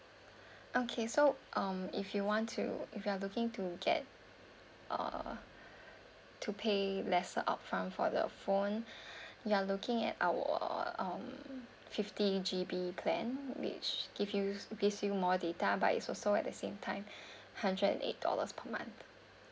okay so um if you want to if you are looking to get uh to pay lesser upfront for the phone you are looking at our um fifty G_B plan which give you gives you more data but is also at the same time hundred and eight dollars per month